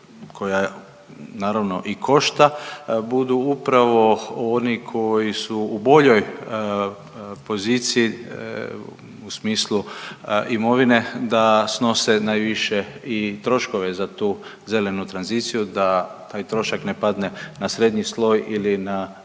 koja naravno i košta budu upravo oni koji su u boljoj poziciji u smislu imovine da snose najviše i troškove za tu zelenu tranziciju, da taj trošak ne padne na srednji sloj ili na